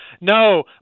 No